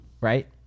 right